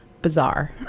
bizarre